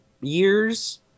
years